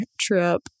trip